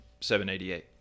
788